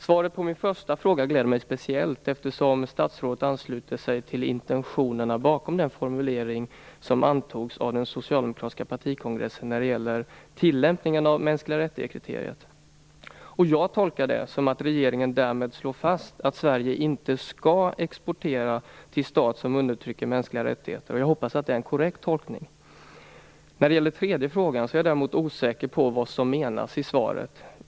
Svaret på min första fråga gläder mig speciellt, eftersom statsrådet ansluter sig till intentionerna bakom den formulering som antagits av den socialdemokratiska partikongressen när det gäller tillämpningen av MR-kriteriet. Jag tolkar det som att regeringen därmed slår fast att Sverige inte skall exportera till en stat som undertrycker mänskliga rättigheter. Jag hoppas att det är en korrekt tolkning. När det gäller den tredje frågan är jag däremot osäker på vad som menas med svaret.